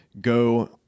go